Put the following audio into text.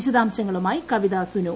വിശദാംശങ്ങളുമായി കവിത സുനു